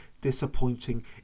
disappointing